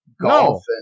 Golf